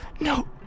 No